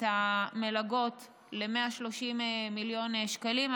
את המלגות ל-130 מיליון שקלים,